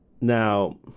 now